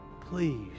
Please